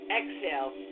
exhale